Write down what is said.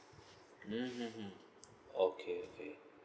mmhmm okay okay